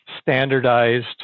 standardized